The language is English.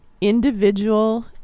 individual